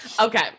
Okay